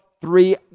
three